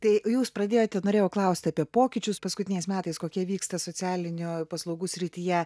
tai jūs pradėjote norėjau klausti apie pokyčius paskutiniais metais kokie vyksta socialinių paslaugų srityje